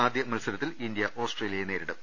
ആദ്യ മത്സരത്തിൽ ഇന്ത്യ ഓസ്ട്രേലിയയെ നേരിടും